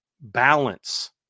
balance